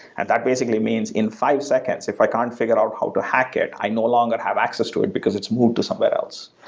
and that basically means in five seconds, if i can't figure out how to hack it, i no longer have access to it because it's moved to somewhere else.